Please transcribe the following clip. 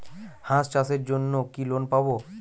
হাঁস চাষের জন্য কি লোন পাব?